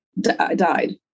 died